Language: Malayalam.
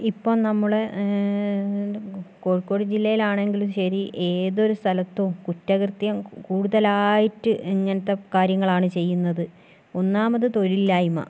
ഇപ്പം നമ്മളുടെ കോഴിക്കോട് ജില്ലയിലാണെങ്കിലും ശരി ഏതൊരു സ്ഥലത്തും കുറ്റ കൃത്യം കൂടുതലായിട്ട് ഇങ്ങനത്തെ കാര്യങ്ങളാണ് ചെയ്യുന്നത് ഒന്നാമത് തൊഴിലില്ലായ്മ